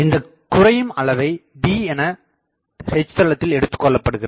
இந்தக்குறையும் அளவை D என H தளத்தில் எடுத்துக்கொள்ளபடுகிறது